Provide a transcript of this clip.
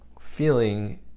feeling